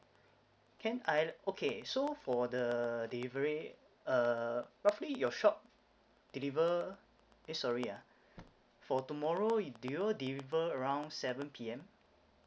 can I okay so for the delivery uh roughly your shop deliver eh sorry ah for tomorrow do you all deliver around seven P_M